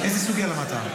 איזו סוגיה למדת?